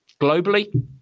Globally